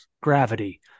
Gravity